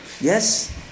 yes